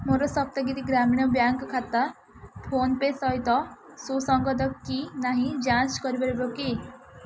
ମୋର ସପ୍ତଗିରି ଗ୍ରାମୀଣ ବ୍ୟାଙ୍କ୍ ଖାତା ଫୋନ୍ପେ' ସହିତ ସୁସଙ୍ଗତ କି ନାହିଁ ଯାଞ୍ଚ କରିପାରିବ କି